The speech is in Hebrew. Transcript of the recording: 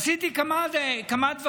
עשיתי כמה דברים.